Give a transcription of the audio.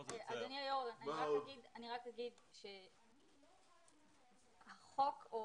אדוני היושב ראש, אני רק אומר שהחוק או